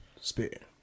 Spit